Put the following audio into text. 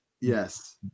Yes